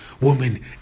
woman